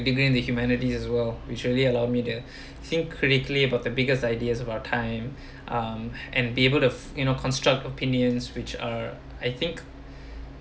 between the humanities as well which really allowed me to think critically about the biggest ideas of our time mm and be able to you know construct opinions which uh I think